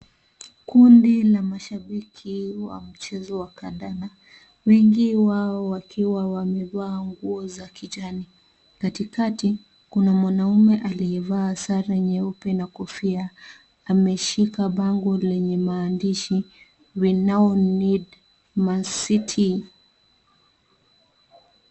Kundi la mashabiki wa mchezo wa kandanda wengi wakiwa wamevaa nguo za kijani. Katikati kuna mwanamume aliyevaa sare nyeupe na kofia. Ameshika bango lenye maandishi we now need mancity .